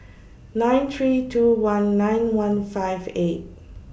nine three two one nine one five eight